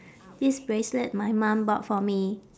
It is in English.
this bracelet my mom bought for me